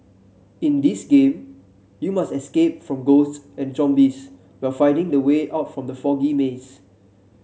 in this game you must escape from ghosts and zombies while finding the way out from the foggy maze